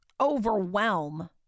overwhelm